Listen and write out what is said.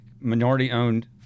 minority-owned